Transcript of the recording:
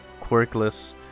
quirkless